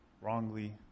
wrongly